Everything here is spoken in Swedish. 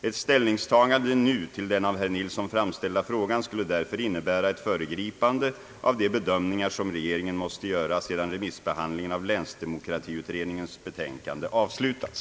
Ett ställningstagande nu till den av herr Nilsson framställda frågan skulle därför innebära ett föregripande av de bedömningar som regeringen måste göra sedan remissbehandlingen av länsdemokratiutredningens betänkande avslutats.